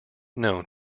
known